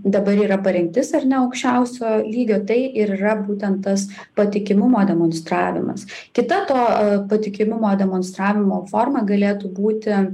dabar yra parengtis ar ne aukščiausio lygio tai ir yra būtent tas patikimumo demonstravimas kita to patikimumo demonstravimo forma galėtų būti